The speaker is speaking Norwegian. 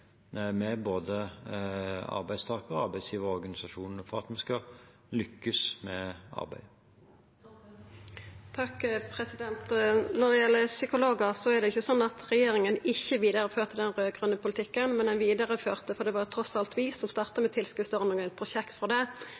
med både arbeidstaker- og arbeidsgiverorganisasjonene for at vi skal lykkes med arbeidet. Når det gjeld psykologar, er det ikkje sånn at regjeringa ikkje vidareførte den raud-grøne politikken. Det var trass alt vi som starta med tilskotsordninga, og ein vidareførte prosjekt for det,